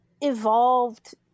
evolved